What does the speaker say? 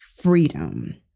freedom